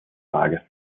lage